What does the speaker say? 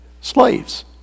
Slaves